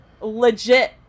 Legit